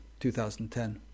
2010